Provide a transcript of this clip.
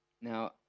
now